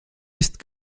ist